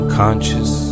conscious